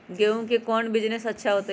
गेंहू के कौन बिजनेस अच्छा होतई?